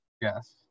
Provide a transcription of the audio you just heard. Yes